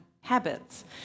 habits